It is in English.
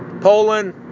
Poland